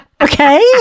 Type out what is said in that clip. okay